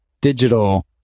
digital